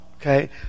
Okay